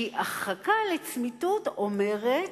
כי הרחקה לצמיתות אומרת,